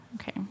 Okay